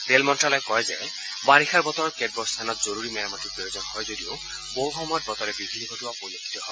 rail মন্তালয়ে কয় যে বাৰিষাৰ বতৰত কেতবোৰ স্থানত জৰুৰী মেৰামতিৰ প্ৰয়োজন হয় যদিও বহু সময়ত বতৰে বিঘিনি ঘটোৱা পৰিলক্ষিত হয়